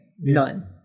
none